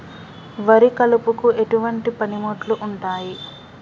వరి కలుపుకు ఎటువంటి పనిముట్లు ఉంటాయి?